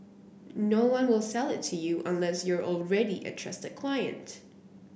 no one will sell it to you unless you're already a trusted client